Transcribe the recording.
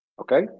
Okay